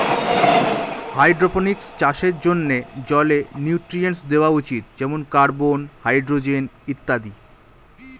hydroponics চাষের জন্যে জলে নিউট্রিয়েন্টস দেওয়া উচিত যেমন কার্বন, হাইড্রোজেন ইত্যাদি